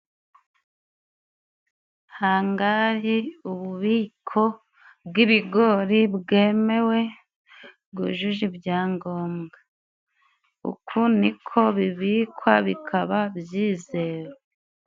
Hangari ububiko bw'ibigori bwemewe bwujuje ibyangombwa, uku niko bibikwa bikaba byizewe.